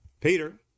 Peter